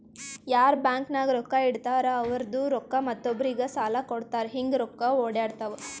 ಯಾರ್ ಬ್ಯಾಂಕ್ ನಾಗ್ ರೊಕ್ಕಾ ಇಡ್ತಾರ ಅವ್ರದು ರೊಕ್ಕಾ ಮತ್ತೊಬ್ಬರಿಗ್ ಸಾಲ ಕೊಡ್ತಾರ್ ಹಿಂಗ್ ರೊಕ್ಕಾ ಒಡ್ಯಾಡ್ತಾವ